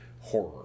horror